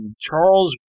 Charles